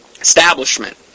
establishment